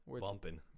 bumping